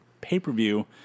pay-per-view